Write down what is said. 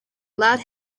allowed